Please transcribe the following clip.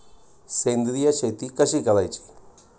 सेंद्रिय शेती कशी करायची?